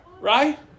Right